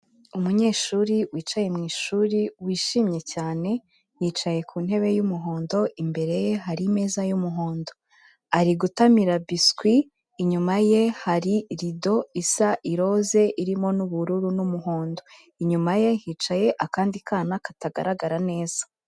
Umunyeshuri wicaye mu ishuri wishimye cyane, yicaye ku ntebe y'umuhondo, imbere ye hari imeza y'umuhondo. Ari gutamira biswi, inyuma ye hari rido isa iroze irimo n'ubururu n'umuhondo. Inyuma ye hicaye akandi kana katagaragara neza.